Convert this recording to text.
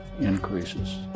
increases